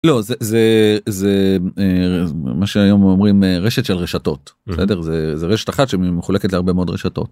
לא זה זה זה מה שהיום אומרים רשת של רשתות בסדר זה רשת אחת שמחולקת להרבה מאוד רשתות.